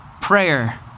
prayer